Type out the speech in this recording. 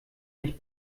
nicht